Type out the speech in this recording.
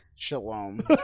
Shalom